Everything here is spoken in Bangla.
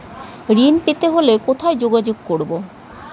ঋণ পেতে হলে কোথায় যোগাযোগ করব?